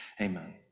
Amen